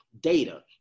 data